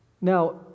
Now